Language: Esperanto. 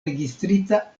registrita